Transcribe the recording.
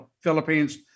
Philippines